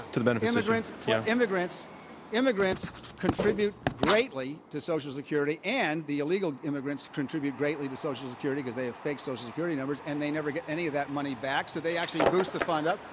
to the benefits. immigrants yeah immigrants contribute greatly to social security, and the illegal immigrants contribute greatly to social security because they have fake social security numbers, and they never get any of that money back, so they actually boost the fund up.